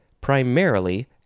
Primarily